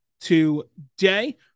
today